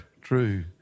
true